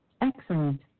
Excellent